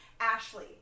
Ashley